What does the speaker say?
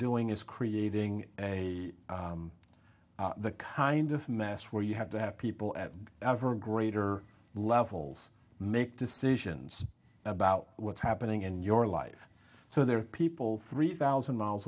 doing is creating a the kind of mess where you have to have people at ever greater levels make decisions about what's happening in your life so there are people three thousand miles